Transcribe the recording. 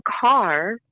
car